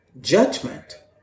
Judgment